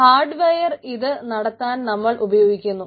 hardware ഇത് നടത്താൻ നമ്മൾ ഉപയോഗിക്കുന്നു